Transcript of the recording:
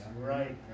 Right